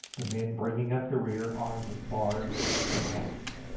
the men bringing up the rear, armed with bars and hatchets.